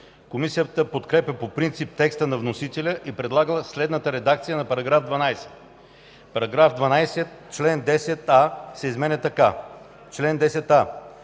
Комисията подкрепя по принцип текста на вносителя и предлага следната редакция на § 11: „§ 11. Член 10 се изменя така: „Чл. 10.